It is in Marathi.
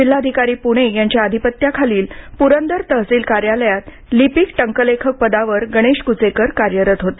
जिल्हाधिकारी पूणे यांच्या अधिपत्याखालील प्रदर तहसील कार्यालयात लिपिक टकलेखक पदावर गणेश कुचेकर कार्यरत होते